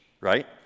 Right